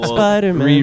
Spider-Man